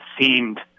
seemed